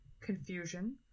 confusion